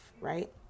right